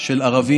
נלחמים באויבי